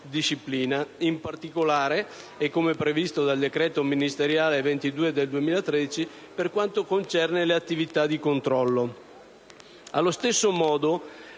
in particolare - come previsto dal decreto ministeriale n. 22 del 2013 - per quanto concerne le attività di controllo.